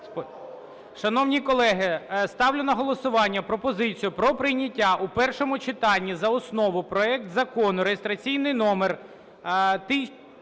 Шановні колеги, ставлю на голосування пропозицію про прийняття в першому читанні за основу проект Закону, реєстраційний номер, той,